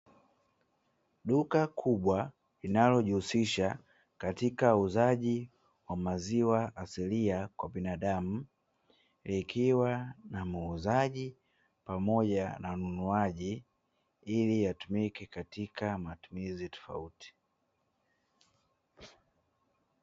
Duka kubwa linalojihusisha katika uuzaji wa maziwa asilia kwa binadamu likiwa na muuzaji pamoja na mnunuaji ili yatumike katika matumizi tofauti.